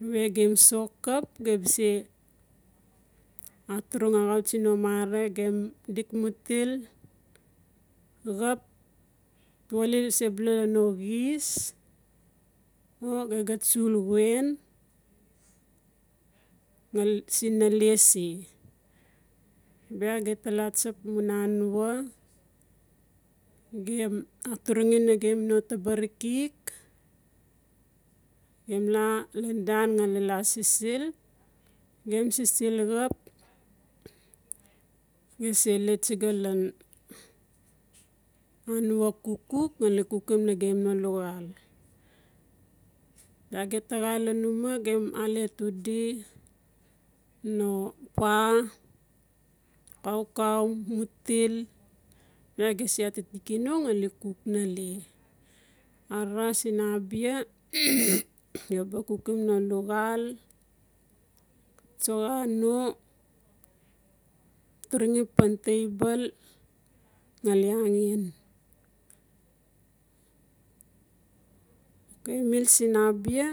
nawe gem sok xap ge bas se aturing axua tsi no mara gem dok mutil xap tali se bula no xis o ge ga tsul wen siin nale se. Bia geta laa tsap mu hanua gem aturungi nagem no tabarikik gem la lan dan ngali la sisil. gem sisil xap gesele tsiga lan anuak kukuk nglai kukim nagem no luxal. Bia gese atitiki no ngali kuk nale ara siin abia ge baa kukim no luxal tsoxa na turungi pan table ngali angen. Okay mil sin abia.